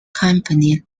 company